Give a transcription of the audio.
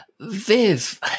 Viv